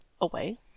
away